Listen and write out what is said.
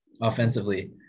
offensively